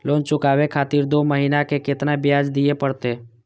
Loan चुकाबे खातिर दो महीना के केतना ब्याज दिये परतें?